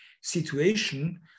situation